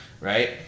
right